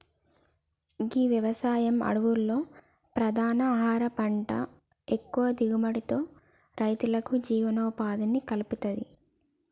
గీ వ్యవసాయం అడవిలో ప్రధాన ఆహార పంట ఎక్కువ దిగుబడితో రైతులకు జీవనోపాధిని కల్పిత్తది